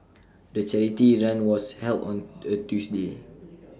the charity run was held on A Tuesday